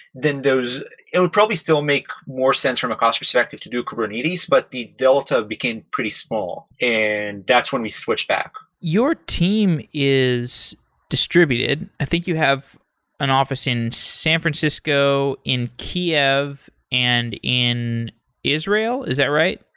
then those it'd probably still make more sense from a cost perspective to do kubernetes, but the delta became pretty small. and that's when we switched back. your team is distributed. i think you have an office in san francisco, in kiev and in israel. is that right?